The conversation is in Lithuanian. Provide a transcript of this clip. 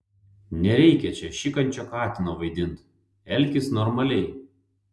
nereikia čia šikančio katino vaidint elkis normaliai